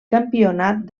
campionat